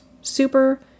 Super